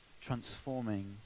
transforming